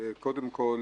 קודם כל,